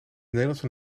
nederlandse